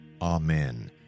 Amen